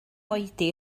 oedi